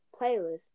playlist